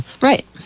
right